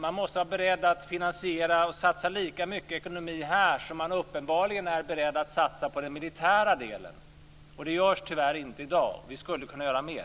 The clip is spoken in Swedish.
Man måste vara beredd att finansiera och satsa lika mycket ekonomiskt här som man uppenbarligen är beredd att satsa på den militära delen. Det görs alltså tyvärr inte i dag. Vi skulle kunna göra mer.